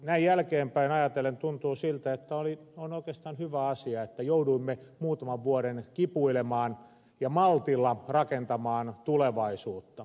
näin jälkeenpäin ajatellen tuntuu siltä että on oikeastaan hyvä asia että jouduimme muutaman vuoden kipuilemaan ja maltilla rakentamaan tulevaisuutta